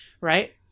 right